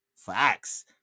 Facts